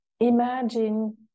imagine